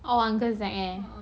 oh uncle zair